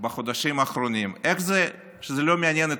בחודשים האחרונים, איך זה שזה לא מעניין אתכם?